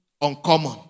uncommon